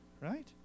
right